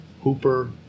hooper